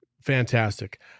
fantastic